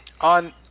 on